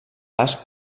basc